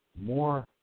More